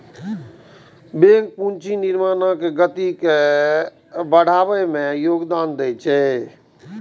bank पूंजी निर्माणक गति के बढ़बै मे योगदान दै छै